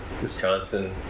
Wisconsin